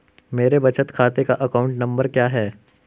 मेरे बचत खाते का अकाउंट नंबर क्या है?